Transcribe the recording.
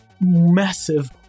massive